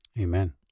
Amen